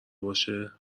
باشه